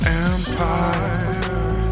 empire